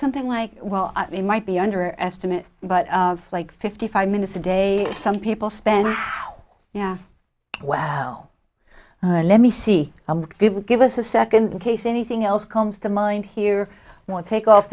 something like well you might be under estimate but like fifty five minutes a day some people spend yeah wow let me see give it give us a second case anything else comes to mind here won't take off